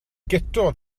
guto